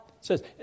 says